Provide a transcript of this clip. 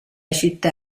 città